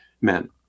men